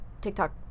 TikTok